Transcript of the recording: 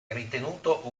ritenuto